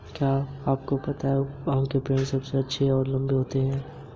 मैं अपना ऋण कितनी किश्तों में चुका सकती हूँ?